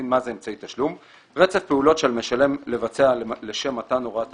מה זה אמצעי תשלום: רצף פעולות שעל המשלם לבצע לשם מתן הוראת תשלום,